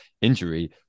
injury